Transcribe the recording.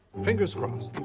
fingers crossed.